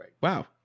Wow